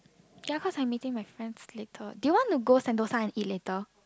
ya cause I meeting my friends later do you want to go Sentosa and eat later